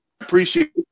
appreciate